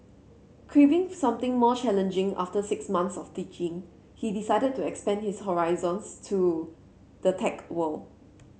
craving something more challenging after six months of teaching he decided to expand his horizons to the tech world